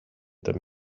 them